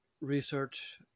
research